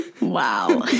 wow